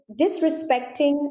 disrespecting